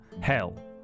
Hell